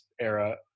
era